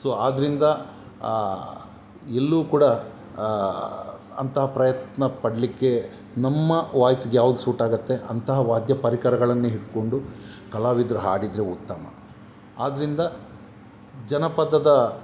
so ಆದ್ದರಿಂದ ಇಲ್ಲೂ ಕೂಡ ಅಂತ ಪ್ರಯತ್ನ ಪಡಲಿಕ್ಕೆ ನಮ್ಮ ವಾಯ್ಸ್ಗೆ ಯಾವ್ದು ಸೂಟ್ ಆಗುತ್ತೆ ಅಂತ ವಾದ್ಯ ಪರಿಕರಗಳನ್ನೇ ಹಿಡ್ಕೊಂಡು ಕಲಾವಿದ್ರು ಹಾಡಿದರೆ ಉತ್ತಮ ಆದ್ದರಿಂದ ಜನಪದದ